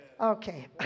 Okay